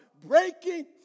breaking